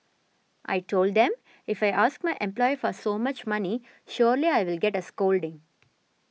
I told them if I ask my employer for so much money surely I will get a scolding